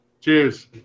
Cheers